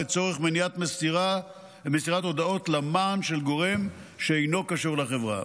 לצורך מניעת מסירת הודעות למען של גורם שאינו קשור לחברה.